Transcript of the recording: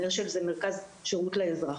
מרכז שירות לאזרח